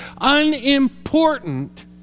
unimportant